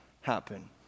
happen